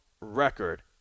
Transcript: record